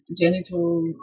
genital